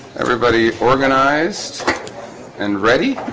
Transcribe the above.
everybody organized and ready